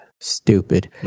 stupid